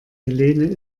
helene